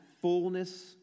fullness